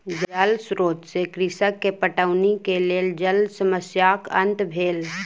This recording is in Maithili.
जल स्रोत से कृषक के पटौनी के लेल जल समस्याक अंत भेल